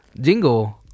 jingle